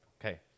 okay